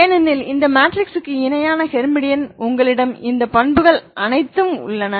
ஏனெனில் இந்த மேட்ரிக்ஸுக்கு இணையான ஹெர்மிடியன் உங்களிடம் இந்த பண்புகள் அனைத்தும் உள்ளன